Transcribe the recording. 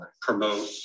promote